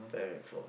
primary four